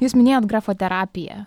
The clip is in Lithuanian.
jūs minėjot grafoterapiją